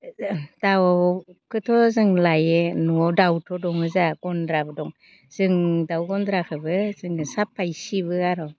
दाउखौथ' जों लायो न'आव दाउथ' दङ जोंहा गन्द्राबो दं जों दाउ गन्द्राखौबो जोङो साफायै सिबो आरो सिबसै